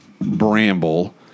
bramble